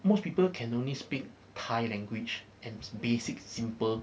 most people can only speak thai language and basic simple